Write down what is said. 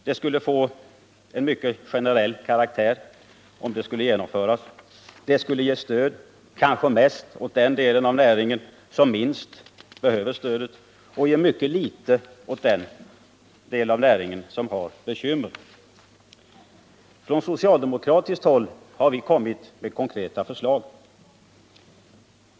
Det skulle få mycket generell karaktär om det genomfördes. Det skulle ge stöd kanske mest åt den del av näringen som minst behöver stödet och ge mycket litet åt den del av näringen som har bekymmer. Från socialdemokratiskt håll har vi kommit med konkreta förslag.